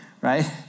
right